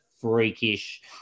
freakish